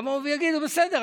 יבואו ויגידו: בסדר,